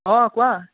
অঁ কোৱা